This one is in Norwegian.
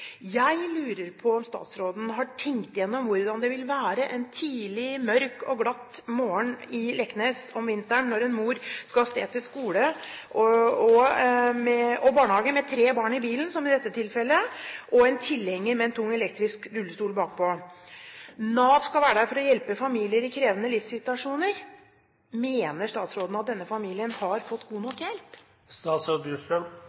Jeg lurer på om statsråden har tenkt gjennom hvordan det vil være en tidlig, mørk og glatt morgen i Leknes om vinteren når en mor skal av sted til skole og barnehage med tre barn i bilen, som i dette tilfellet, og en tilhenger med en tung elektrisk rullestol bakpå. Nav skal være der for å hjelpe familier i krevende livssituasjoner. Mener statsråden at denne familien har fått god